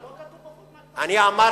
אבל לא כתוב בחוק מה שאתה אומר.